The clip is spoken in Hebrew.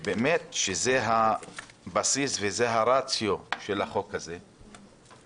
שהוא הבסיס והרציו של החוק הזה.